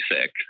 sick